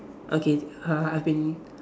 okay uh I've been